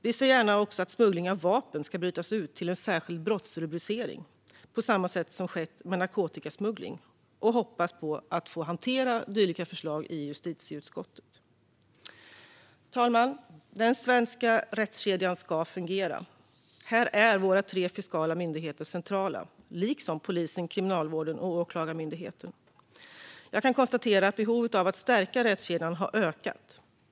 Vi ser också gärna att smuggling av vapen bryts ut till en särskild brottsrubricering, på samma sätt som skett med narkotikasmuggling, och hoppas på att få hantera dylika förslag i justitieutskottet. Fru talman! Den svenska rättskedjan ska fungera. Här är våra tre fiskala myndigheter centrala, liksom polisen, Kriminalvården och Åklagarmyndigheten. Jag kan konstatera att behovet av att stärka rättskedjan har ökat.